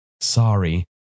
Sorry